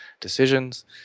decisions